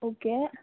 okay